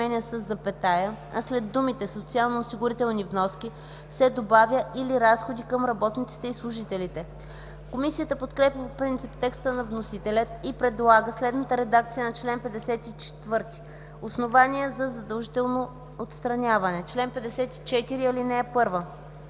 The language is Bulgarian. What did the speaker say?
а след думите „социалноосигурителни вноски” се добавя „или разходи към работниците или служителите”.” Комисията подкрепя по принцип текста на вносителя и предлага следната редакция на чл. 54: „Основания за задължително отстраняване Чл. 54.